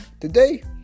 Today